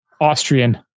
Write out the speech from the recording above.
Austrian